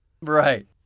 Right